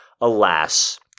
Alas